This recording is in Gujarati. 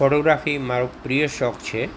ફોટોગ્રાફી મારો પ્રિય શોખ છે